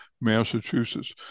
Massachusetts